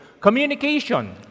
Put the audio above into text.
Communication